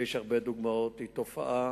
ויש הרבה דוגמאות, היא תופעה